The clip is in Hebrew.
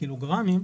הקילוגרמים,